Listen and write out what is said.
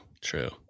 true